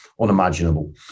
unimaginable